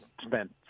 spent